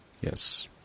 Yes